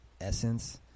essence